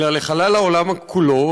אלא לחלל העולם כולו,